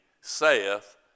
saith